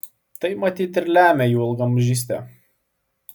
tai matyt ir lemia jų ilgaamžystę